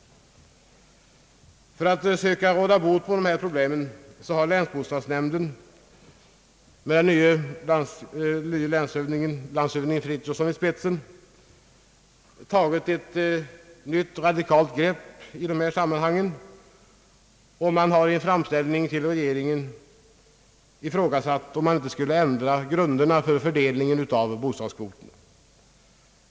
För att söka råda bot på dessa problem har länsbostadsnämnden med dess ordförande landshövding Frithiofson i spetsen tagit ett nytt radikalt grepp i fråga om grunderna för lånemedlens fördelning. Man har i en framställning till regeringen ifrågasatt om man inte skulle ändra grunderna för fördelningen av bostadskvoten.